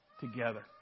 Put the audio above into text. together